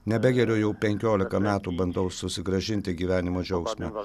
nebegeriu jau penkiolika metų bandau susigrąžinti gyvenimo džiaugsmą